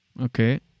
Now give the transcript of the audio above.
Okay